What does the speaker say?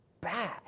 bad